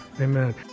Amen